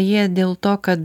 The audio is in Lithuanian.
jie dėl to kad